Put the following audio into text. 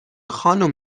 خانم